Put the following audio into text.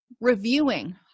reviewing